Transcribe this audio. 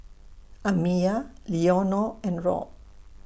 Amiyah Leonor and Rob